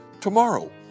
Tomorrow